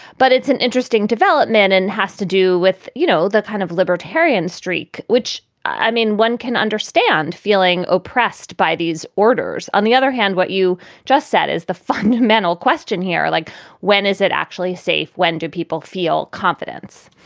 but it's an interesting development and has to do with, you know, the kind of libertarian streak, which i mean, one can understand feeling oppressed by these orders. on the other hand, what you just said is the fundamental question here, like when is it actually safe? when do people feel confidence?